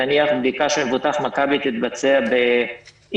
נניח בדיקה של מבוטח מכבי תתבצע ב"איכילוב",